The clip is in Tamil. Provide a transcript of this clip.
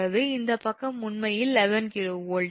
இந்த பக்கம் உண்மையில் 11 𝑘𝑉